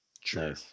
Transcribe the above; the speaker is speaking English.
Sure